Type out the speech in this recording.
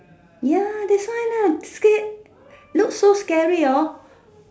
ya that's why lah scared looks so scary hor